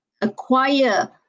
acquire